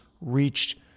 reached